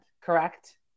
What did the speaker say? correct